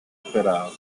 esperado